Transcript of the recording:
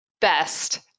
best